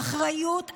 האחריות עליכם.